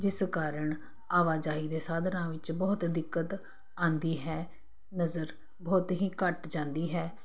ਜਿਸ ਕਾਰਨ ਆਵਾਜਾਈ ਦੇ ਸਾਧਨਾਂ ਵਿੱਚ ਬਹੁਤ ਦਿੱਕਤ ਆਉਂਦੀ ਹੈ ਨਜ਼ਰ ਬਹੁਤ ਹੀ ਘੱਟ ਜਾਂਦੀ ਹੈ